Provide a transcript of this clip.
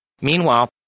meanwhile